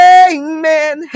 amen